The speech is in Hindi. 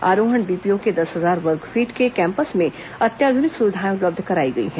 आरोहण बीपीओ के दस हजार वर्गफीट के कैंपस में अत्याधुनिक सुविधाएं उपलब्ध कराई गई हैं